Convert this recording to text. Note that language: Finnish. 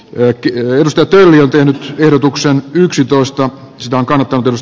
mökki on myös taiteilijan työn verotuksen yksitoista sekä kartoitus